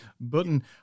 button